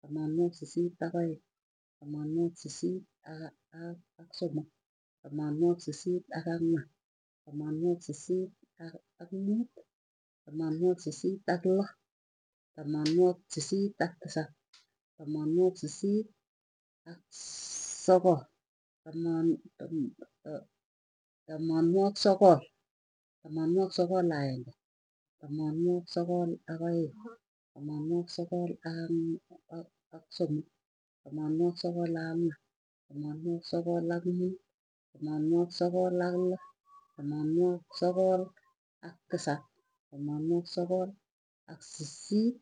Taman sisit ak aeng, taman sisit aka ak ak somok, taman sisit ak angwan taman sisit ak ak muuti, taman sisit ak loo, taman sisit ak tisap, taman sisit ak sssogol, taman ta ta tamanwagik sogol, tamanwakik sogol ak aenge, tamanwagik sogol ak aeng, tamanwagik sogol ak ang ak somok, tamanwagik sogol ak angwan, tamanwagik sokol ak muut, tamanwagik sokol ak loo, tamanwagik sogol ak tisap, tamanwagik sogol ak sisit,